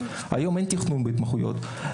היום אין תכנון בהתמחויות.